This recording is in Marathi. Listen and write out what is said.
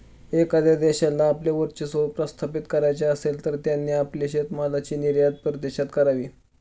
एखाद्या देशाला आपले वर्चस्व प्रस्थापित करायचे असेल, तर त्यांनी आपली शेतीमालाची निर्यात परदेशात करावी